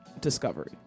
Discovery